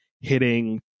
hitting